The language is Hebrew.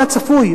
היה צפוי.